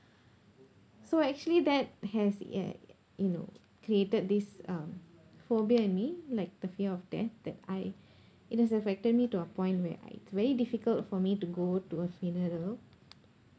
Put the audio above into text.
so actually that has ye~ you know created this um phobia in me like the fear of death that I it does affected me to a point where I it's very difficult for me to go to a funeral